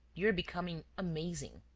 you're becoming amazing.